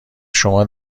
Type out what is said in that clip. شما